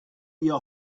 your